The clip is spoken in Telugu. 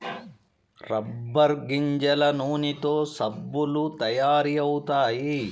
రబ్బర్ గింజల నూనెతో సబ్బులు తయారు అవుతాయి